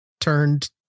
turned